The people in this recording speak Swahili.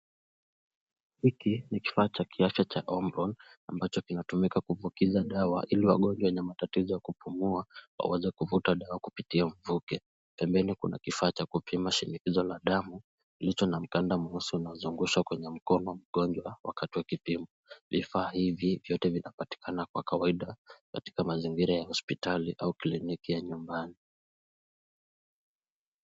Hiki ni kifaa cha kiafya cha Omron ambacho kinatumika kupukiza dawa ili wagonjwa wenye matatizo wa kupumua waweze kuvuta dawa kupitia mvuke, pembeni kuna kifaa cha kupima shinikizo la damu ilicho na mkanda mhusu unaozungshwa kwenye mkono mgonjwa wakati wa kipimo. Vifaa hivi vyote vinapatikana kwa kawaida katika mazingira ya hospitali au kliniki ya nyumbani.